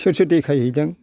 सोर सोर देखायहैदों